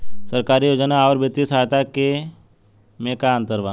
सरकारी योजना आउर वित्तीय सहायता के में का अंतर बा?